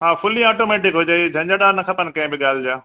हा fully automatic हुजे ई झंजट न खपेनि कंहिं बि ॻाल्हि जा